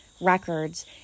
records